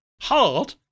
Hard